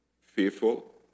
fearful